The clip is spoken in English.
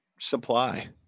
supply